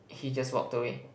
did he just walked away